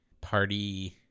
party